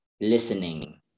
listening